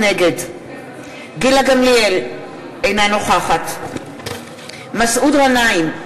נגד גילה גמליאל, אינה נוכחת מסעוד גנאים,